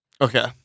Okay